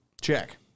Check